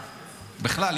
בכלל,